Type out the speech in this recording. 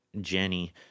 Jenny